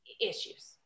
issues